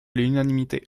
l’unanimité